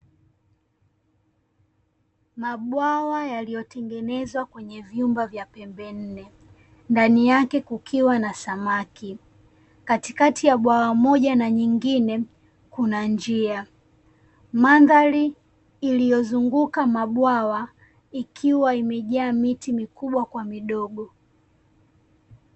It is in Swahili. Mabwawa yaliyotengenezwa kwenye vyumba vya pembe nne, ndani yake kukiwa na samaki. Katikati ya bwawa moja na nyingine kuna njia. Mandhari iliyozunguka mabwawa ikiwa imejaa miti mikubwa kwa midogo.